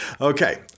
Okay